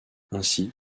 ainsi